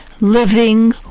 living